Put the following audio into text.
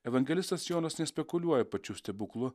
evangelistas jonas nespekuliuoja pačiu stebuklu